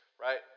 right